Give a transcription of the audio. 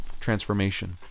transformation